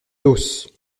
tosse